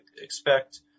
expect